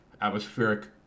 Atmospheric